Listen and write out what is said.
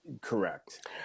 correct